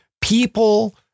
people